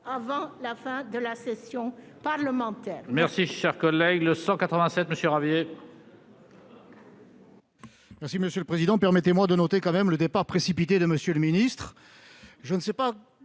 avant la fin de la session parlementaire,